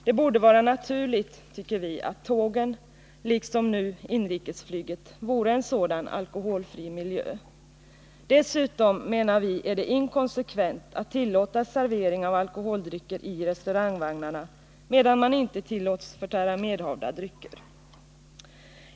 Det borde vara naturligt, tycker vi, att tågen, liksom nu inrikesflyget, vore en sådan alkoholfri miljö. Dessutom är det inkonsekvent att tillåta servering av alkoholdrycker i restaurangvagnarna medan man inte tillåts förtära medhavda drycker.